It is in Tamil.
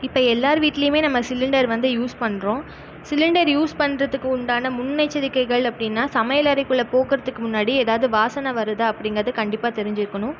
இப்போ எல்லார் வீட்லேயுமே நம்ம சிலிண்டர் வந்து யூஸ் பண்றோம் சிலிண்டர் யூஸ் பண்ணுறதுக்கு உண்டான முன்னெச்சரிக்கைகள் அப்படின்னா சமைமயல் அறைக்குள்ளே போகிறதுக்கு முன்னாடி ஏதாவது வாசனை வருதா அப்டிங்கிறத கண்டிப்பாக தெரிஞ்சு இருக்கணும்